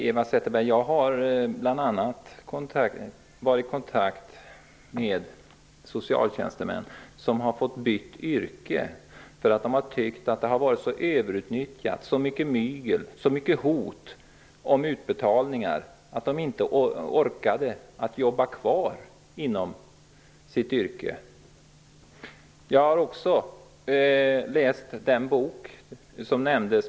Eva Zetterberg, jag har varit i kontakt med socialtjänstemän som bytt yrke därför att de tyckt att socialtjänsten varit så överutnyttjad och att det förekommit så mycket mygel med och hot om utbetalningar att de inte orkat jobba kvar inom yrket. Jag har också läst den bok som nämndes.